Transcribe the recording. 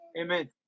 amen